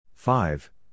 Five